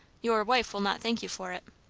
your wife will not thank you for it.